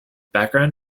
background